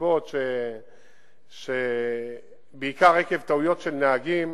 נסיבות בעיקר עקב טעויות של נהגים,